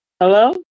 Hello